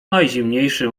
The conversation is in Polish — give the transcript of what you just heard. najzimniejszy